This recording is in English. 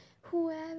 whoever